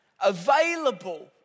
available